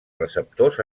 receptors